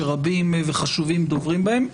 שרבים וחשובים דוברים בהן,